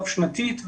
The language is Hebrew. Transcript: רב-שנתית.